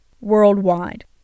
worldwide